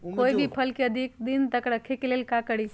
कोई भी फल के अधिक दिन तक रखे के लेल का करी?